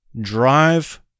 drive